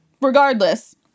regardless